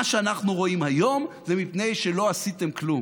מה שאנחנו רואים היום זה מפני שלא עשיתם כלום.